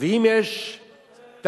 ואם יש תקציב,